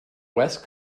west